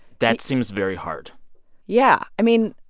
that seems very hard yeah. i mean,